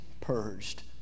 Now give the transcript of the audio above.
purged